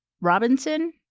Robinson